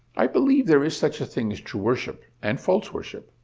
i believe there is such a thing as true worship and false worship.